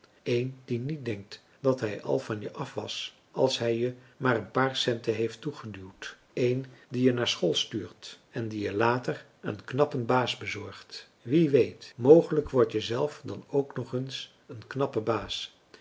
die niet denkt dat hij al van je af is als hij je françois haverschmidt familie en kennissen maar een paar centen heeft toegeduwd een die je naar school stuurt en die je later een knappen baas bezorgt wie weet mogelijk word je zelf dan ook nog eens een knappe baas